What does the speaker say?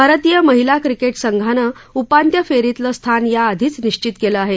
भारतीय महिला क्रिकेट संघानं उपांत्य फेरीतलं स्थान याआधीच निश्चित केलं आहे